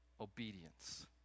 obedience